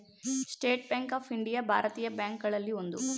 state bank of India ಭಾರತೀಯ bank ಗಳಲ್ಲಿ ಒಂದು